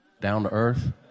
Down-to-earth